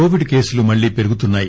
Covid కేసులు మల్లీ పెరుగుతున్నాయి